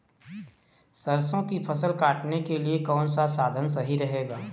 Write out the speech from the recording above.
सरसो की फसल काटने के लिए कौन सा साधन सही रहेगा?